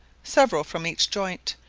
several from each joint,